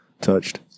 Touched